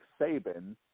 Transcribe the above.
Saban